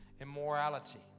immorality